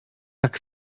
tak